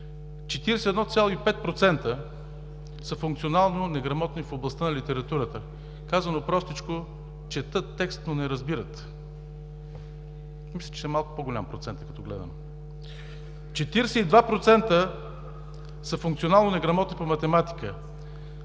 41,5% са функционално неграмотни в областта на литературата, казано простичко, четат текста, но не разбират. Мисля, че е малко по-голям процентът, като гледам – 42% са функционално неграмотни по математика